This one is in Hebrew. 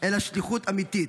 אלא שליחות אמיתית.